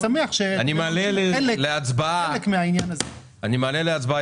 אני מעלה להצבעה את ההסתייגות.